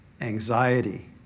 anxiety